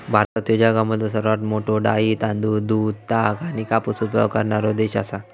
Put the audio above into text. भारत ह्यो जगामधलो सर्वात मोठा डाळी, तांदूळ, दूध, ताग आणि कापूस उत्पादक करणारो देश आसा